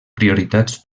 prioritats